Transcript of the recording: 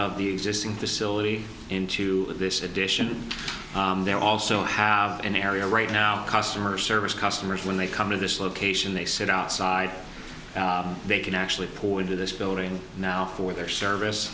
of the existing the syllabi into this addition they're also have an area right now customer service customers when they come to this location they sit outside they can actually pour into this building now for their service